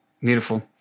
beautiful